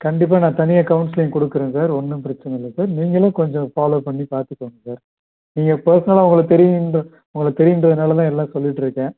கண்டிப்பாக நான் தனியாக கவுன்ஸ்லிங் கொடுக்குறேன் சார் ஒன்றும் பிரச்சனை இல்லை சார் நீங்களும் கொஞ்சம் ஃபாலோவ் பண்ணி பார்த்துக்கோங்க சார் நீங்கள் பர்ஸ்னலாக உங்களை தெரியுன்ற உங்களுக்கு தெரியுன்றதுனால தான் எல்லாம் சொல்லிகிட்டு இருக்கேன்